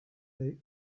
they